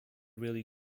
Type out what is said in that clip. really